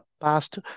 past